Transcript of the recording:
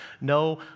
no